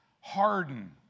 harden